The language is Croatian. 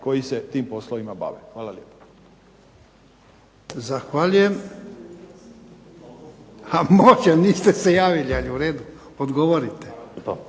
koji se tim poslovima bave. Hvala lijepa. **Jarnjak, Ivan (HDZ)** Može. Niste se javili, ali u redu. Odgovorite.